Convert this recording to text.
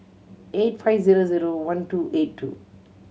eight five zero zero one two eight two